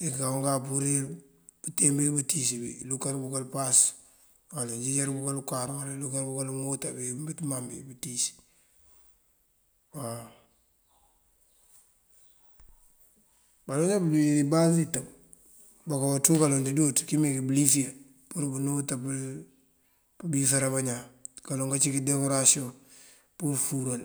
Uwí kawun kapurir pënteen bí bukënţíis bí këlukër bëkël umpáas uwala kënjeejar bëkël ukáar uwala lukër bëkël mota bí bunkëmaŋ bí pënţíis waw. Baloŋ njá injeej ibáas itëb buka ţun kaloŋ dí dúuţ kímeekí bëlisir pur bënú kawët pëmbisará bañaan. Kaloŋ kancí kí dekorasiyoŋ pur fúural